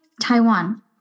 Taiwan